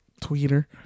Twitter